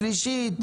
שלישית,